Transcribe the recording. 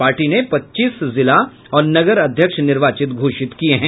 party ने पच्चीस जिला और नगर अध्यक्ष निर्वाचित घोषित किये हैं